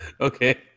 Okay